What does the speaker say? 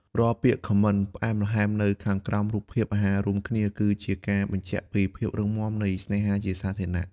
រាល់ពាក្យ Comment ផ្អែមល្ហែមនៅក្រោមរូបភាពអាហាររួមគ្នា គឺជាការបញ្ជាក់ពីភាពរឹងមាំនៃស្នេហាជាសាធារណៈ។